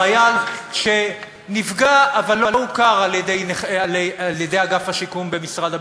חייל שנפגע אבל לא הוכר על-ידי אגף השיקום במשרד הביטחון,